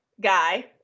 guy